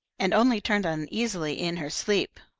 and only turned uneasily in her sleep.